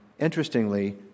interestingly